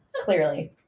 clearly